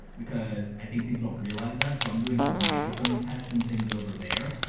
because i think people don't realize that. so i'm doing some microphone tests and things over there.